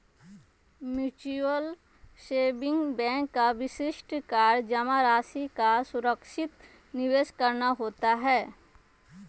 mutual saving bank का विशिष्ट कार्य जमा राशि का सुरक्षित निवेश करना होता है